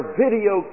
video